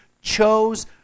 chose